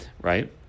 right